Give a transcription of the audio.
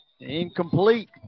Incomplete